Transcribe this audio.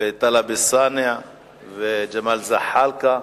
טלב אלסאנע וג'מאל זחאלקה.